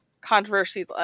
controversy